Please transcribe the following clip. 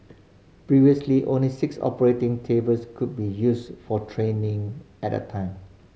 previously only six operating tables could be used for training at a time